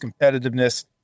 competitiveness